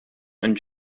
and